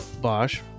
Bosch